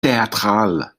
théâtrale